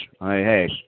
Hey